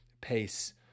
Pace